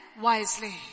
wisely